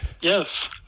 yes